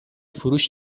فروش